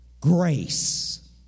Grace